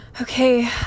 okay